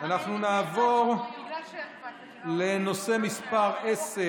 אנחנו נעבור לנושא מס' 10